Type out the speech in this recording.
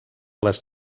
les